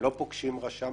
הם לא פוגשים רשם,